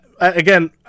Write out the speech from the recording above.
Again